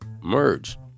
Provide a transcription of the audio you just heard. merge